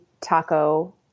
taco